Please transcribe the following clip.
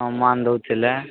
ପ୍ରମାଣ ଦେଉଥିଲେ